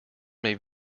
may